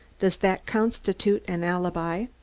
does that constitute an alibi?